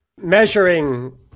measuring